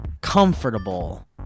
comfortable